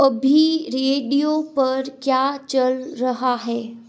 अभी रेडियो पर क्या चल रहा है